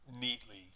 neatly